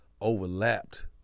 overlapped